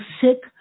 sick